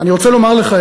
אני רוצה לומר לך,